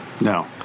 No